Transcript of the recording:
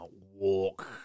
walk